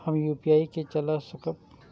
हम यू.पी.आई के चला सकब?